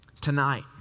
Tonight